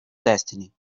destiny